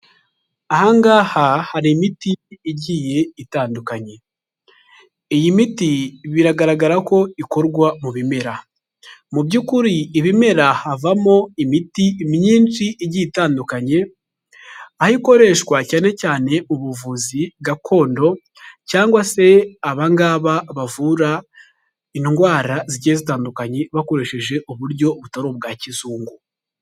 Aha ngaha hari imiti igiye itandukanye. Iyi miti biragaragara ko ikorwa mu bimera. Mu by'ukuri ibimera havamo imiti myinshi igiye itandukanye, aho ikoreshwa cyane cyane ubuvuzi gakondo cyangwa se aba ngaba bavura indwara zigiye zitandukanye bakoresheje uburyo butari ubwa kizungu.